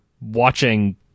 watching